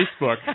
Facebook